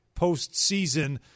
postseason